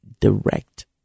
direct